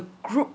group